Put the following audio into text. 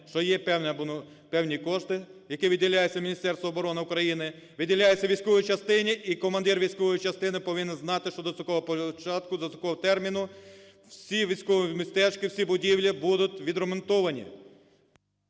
що є певні кошти, які виділяються Міністерством оборони України, виділяється військовій частині, і командир військової частини повинен знати, що до такого початку, до такого терміну всі військові містечка, всі будівлі будуть відремонтовані.